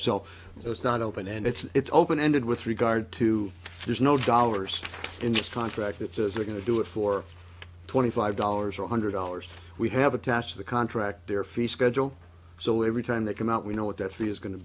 so it's not open and it's open ended with regard to there's no dollars in the contract that says they're going to do it for twenty five dollars or one hundred dollars we have attached the contract their fee schedule so every time they come out we know what that fee is going to